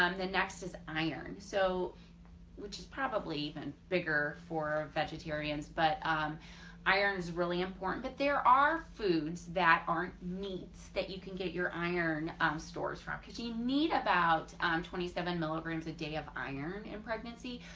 um the next is iron so which is probably even bigger for vegetarians, but iron is really important that there are foods that aren't meats that you can get your iron stores from because you need about twenty seven milligrams a day of iron in pregnancy,